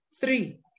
three